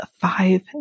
five